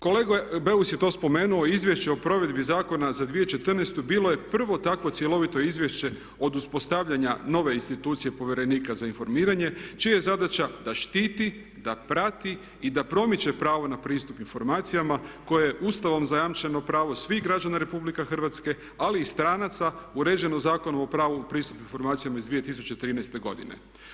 Kolega Beus je to spomenuo, Izvješće o provedbi zakona za 2014. bilo je prvo takvo cjelovito izvješće od uspostavljanja nove institucije povjerenika za informiranje čija je zadaća da štiti, da prati i da promiče pravo na pristup informacijama koje je Ustavom zajamčeno pravo svih građana Republike Hrvatske, ali i stranaca uređeno Zakonom o pravu na pristup informacijama iz 2013. godine.